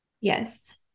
Yes